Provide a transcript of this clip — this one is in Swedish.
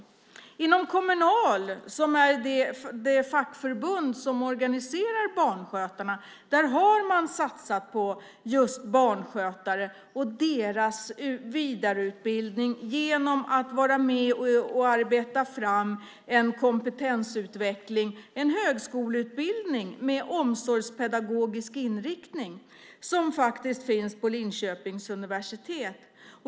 Kommunal, som är det fackförbund som organiserar barnskötarna, har satsat på just barnskötare och deras vidareutbildning genom att man har arbetat fram en kompetensutveckling, en högskoleutbildning med omsorgspedagogisk inriktning som finns på Linköpings universitet.